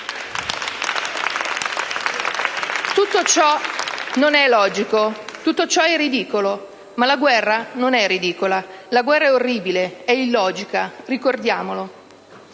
Tutto ciò non è logico. Tutto ciò è ridicolo. Ma la guerra non è ridicola: la guerra è orribile, è illogica. Ricordiamolo.